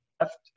left